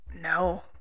No